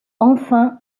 enfin